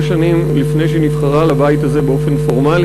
שנים לפני שהיא נבחרה לבית הזה באופן פורמלי.